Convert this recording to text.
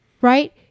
Right